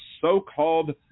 so-called